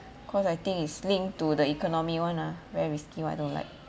cause I think is linked to the economy [one] ah very risky I don't like